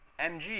mg